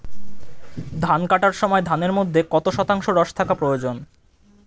ধান কাটার সময় ধানের মধ্যে কত শতাংশ রস থাকা প্রয়োজন?